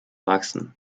wachsen